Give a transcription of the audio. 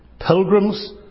Pilgrims